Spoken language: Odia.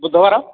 ବୁଧବାର